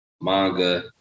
manga